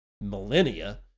millennia